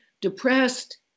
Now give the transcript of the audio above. depressed